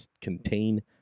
contain